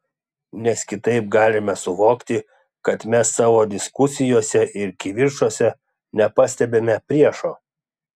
nes kitaip galime suvokti kad mes savo diskusijose ir kivirčuose nepastebime priešo